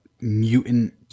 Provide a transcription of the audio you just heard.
mutant